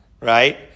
right